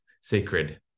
sacred